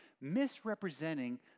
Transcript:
misrepresenting